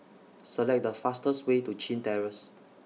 Select The fastest Way to Chin Terrace